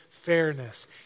fairness